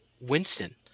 winston